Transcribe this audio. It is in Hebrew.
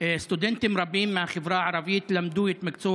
סטודנטים רבים מהחברה הערבית למדו את מקצוע